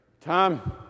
Tom